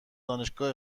دانشگاه